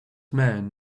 man